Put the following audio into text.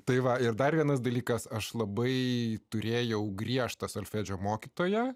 tai va ir dar vienas dalykas aš labai turėjau griežtą solfedžio mokytoja